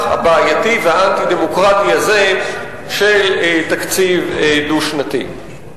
הבעייתי והאנטי-דמוקרטי הזה של תקציב דו-שנתי.